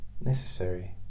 necessary